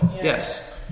Yes